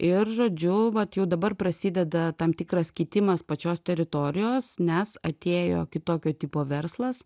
ir žodžiu vat jau dabar prasideda tam tikras kitimas pačios teritorijos nes atėjo kitokio tipo verslas